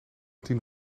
tien